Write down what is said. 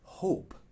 hope